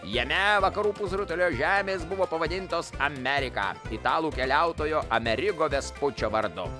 jame vakarų pusrutulio žemės buvo pavadintos amerika italų keliautojo amerigo vespučio vardu